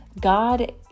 God